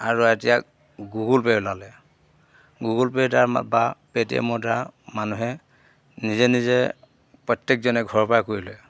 আৰু এতিয়া Google pay ওলালে গুগল পে'ৰ দ্বাৰা বা পে'টিএমৰ দ্বাৰা মানুহে নিজে নিজে প্ৰত্যেকজনে ঘৰৰ পৰাই কৰিলে